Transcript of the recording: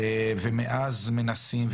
ומאז מנסים,